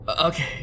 okay